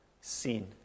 sin